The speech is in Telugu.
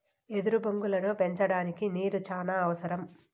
ఎదురు బొంగులను పెంచడానికి నీరు చానా అవసరం